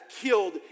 killed